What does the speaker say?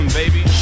baby